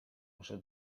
muszę